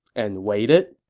and waited,